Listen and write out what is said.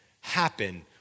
happen